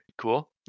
Cool